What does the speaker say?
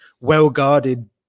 well-guarded